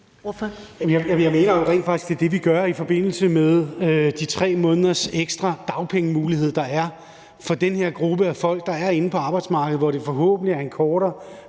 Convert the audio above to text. rent faktisk, det er det, vi gør i forbindelse med de 3 måneders ekstra dagpengemulighed, der er for den her gruppe af folk, der er inde på arbejdsmarkedet, og som forhåbentlig kun har en kortere